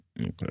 Okay